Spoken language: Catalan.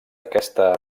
aquesta